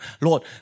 Lord